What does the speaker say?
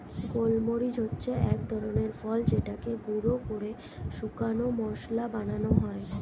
গোলমরিচ হচ্ছে এক ধরনের ফল যেটাকে গুঁড়ো করে শুকনো মসলা বানানো হয়